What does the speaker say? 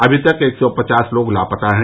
अभी लगभग एक सौ पचास लोग लापता हैं